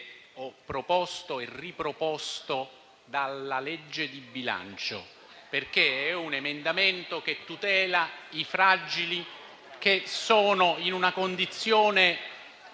ho proposto e riproposto dalla legge di bilancio. È un emendamento che tutela i fragili che sono in una condizione